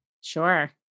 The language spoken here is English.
Sure